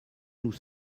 nous